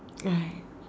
right